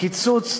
קיצוץ,